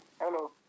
Hello